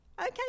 Okay